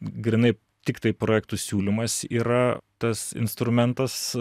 grynai tiktai projektų siūlymas yra tas instrumentas